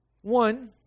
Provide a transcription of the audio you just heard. One